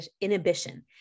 inhibition